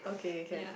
okay can